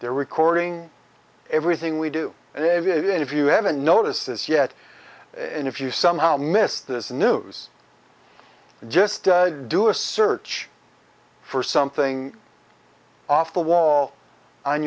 they're recording everything we do and if you haven't notices yet and if you somehow miss this news just do a search for something off the wall on